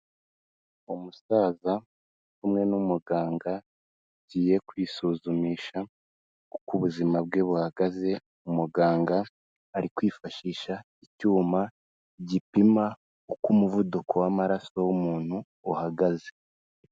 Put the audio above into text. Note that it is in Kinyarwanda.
Umusaza uri kumwe n'umuganga, wagiye kwisuzumisha uko ubuzima bwe buhagaze, umuganga ari kwifashisha icyuma gipima uko umuvuduko w'amaraso w'umuntu uhagaze.